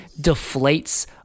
deflates